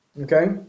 Okay